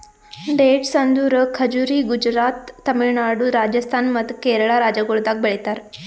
dates ಅಂದುರ್ ಖಜುರಿ ಗುಜರಾತ್, ತಮಿಳುನಾಡು, ರಾಜಸ್ಥಾನ್ ಮತ್ತ ಕೇರಳ ರಾಜ್ಯಗೊಳ್ದಾಗ್ ಬೆಳಿತಾರ್